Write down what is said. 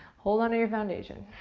hold onto your foundation.